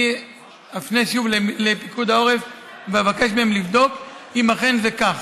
אני אפנה שוב לפיקוד העורף ואבקש מהם לבדוק אם אכן זה כך.